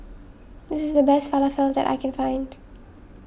this is the best Falafel that I can find